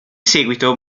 seguito